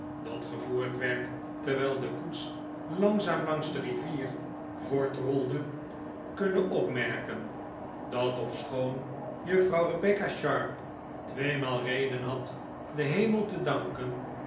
dat gevoerd werd terwijl de koets langzaam langs de rivier voortrolde kunnen opmerken dat ofschoon mejuffrouw rebecca sharp tweemaal reden had den hemel te danken